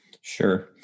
Sure